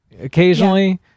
Occasionally